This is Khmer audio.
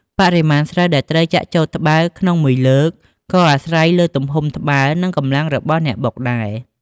បរិមាណស្រូវដែលត្រូវចាក់ចូលត្បាល់ក្នុងមួយលើក ក៏អាស្រ័យលើទំហំត្បាល់ និងកម្លាំងរបស់អ្នកបុកដែរ។